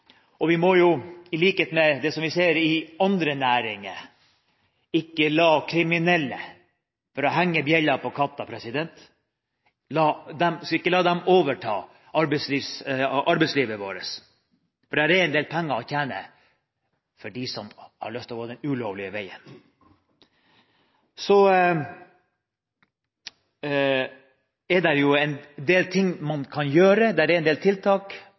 I likhet med det vi ser i andre næringer, må vi ikke la kriminelle – for å henge bjella på katten – overta arbeidslivet vårt. Det er en del penger å tjene for dem som har lyst til å gå den ulovlige veien. Så er det en del ting man kan gjøre, det er en del tiltak